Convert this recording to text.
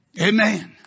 amen